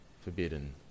forbidden